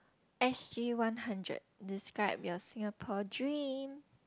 S_G one hundred describe your Singapore dream